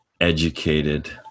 educated